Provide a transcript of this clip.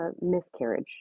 miscarriage